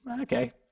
okay